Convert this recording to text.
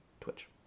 Twitch